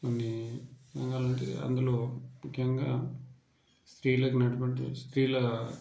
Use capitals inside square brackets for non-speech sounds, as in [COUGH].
కొన్ని [UNINTELLIGIBLE] అందులో ముఖ్యంగా స్త్రీలకు ఉన్నటువంటి స్త్రీల